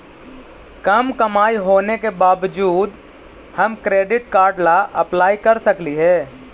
कम कमाई होने के बाबजूद हम क्रेडिट कार्ड ला अप्लाई कर सकली हे?